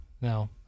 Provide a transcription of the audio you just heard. no